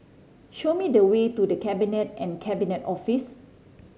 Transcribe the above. show me the way to The Cabinet and Cabinet Office